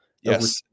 Yes